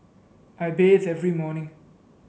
I bathe every morning